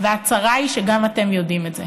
והצרה היא שגם אתם יודעים את זה.